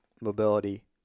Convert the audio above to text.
mobility